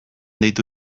deitu